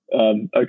Okay